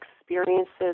experiences